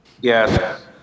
Yes